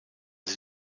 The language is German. sie